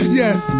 yes